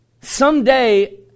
Someday